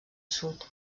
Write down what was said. sud